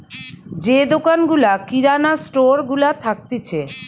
যে দোকান গুলা কিরানা স্টোর গুলা থাকতিছে